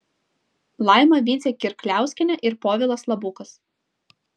laima vincė kirkliauskienė ir povilas labukas